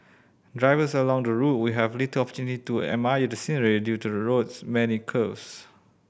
drivers along the route will have little opportunity to admire the scenery due to the road's many curves